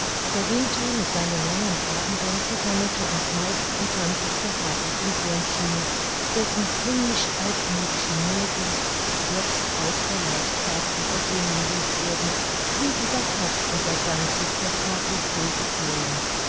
der winter mit seinen langen abenden versammelte uns meist in tantes behaglichem wohnzimmer dessen himmlisch altmodische meubles jetzt auch der leichtfertigen eugenie lieb wurden wie überhaupt unser ganzes behaglich ruhiges leben